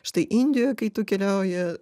štai indijoje kai tu keliauji